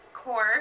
core